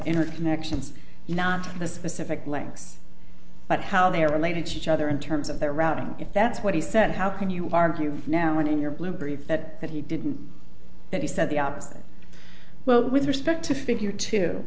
interconnections not the specific legs but how they are related to each other in terms of their routing if that's what he said how can you argue now and in your blue brief that that he didn't that he said the opposite well with respect to figure t